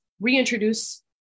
reintroduce